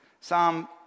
Psalm